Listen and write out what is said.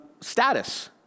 status